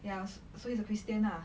ya s~ so he's a christian ah